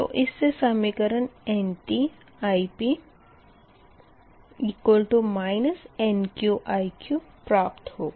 तो इस से समीकरण NtIp NqIq प्राप्त होगा